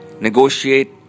negotiate